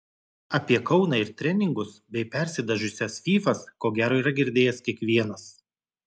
apie kauną ir treningus bei persidažiusias fyfas ko gero yra girdėjęs kiekvienas